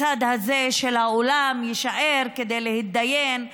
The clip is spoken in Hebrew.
הצד הזה של האולם יישאר כדי להידיין,